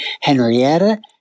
Henrietta